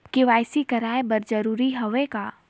KYC कराय बर जरूरी हवे का?